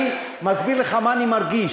אני מסביר לך מה אני מרגיש,